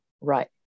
Right